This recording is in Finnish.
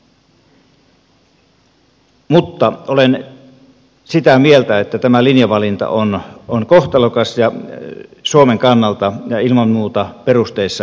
mutta olen sitä mieltä että tämä linjavalinta on kohtalokas suomen kannalta ja ilman muuta perusteissaan väärä